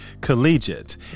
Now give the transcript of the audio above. collegiate